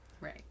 right